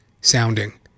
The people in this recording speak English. sounding